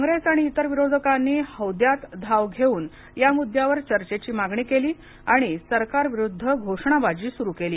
काँप्रेस आणि इतर विरोधकांनी हौद्यात धाव घेऊन या मुद्द्यावर चर्चेची मागणी केली आणि सरकारविरुद्ध घोषणाबाजी सुरू केली